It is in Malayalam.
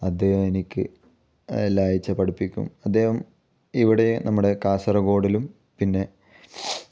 അദ്ദേഹം എനിക്ക് എല്ലാ ആഴ്ച പഠിപ്പിക്കും അദ്ദേഹം ഇവിടെ നമ്മുടെ കാസർഗോഡിലും പിന്നെ